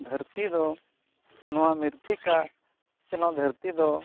ᱫᱷᱟᱹᱨᱛᱤ ᱫᱚ ᱱᱚᱣᱟ ᱢᱤᱨᱛᱷᱤᱠᱟ ᱪᱮ ᱱᱚᱣᱟ ᱫᱷᱟᱹᱨᱛᱤᱫᱚ